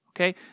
Okay